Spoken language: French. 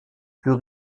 plus